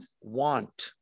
want